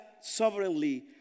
sovereignly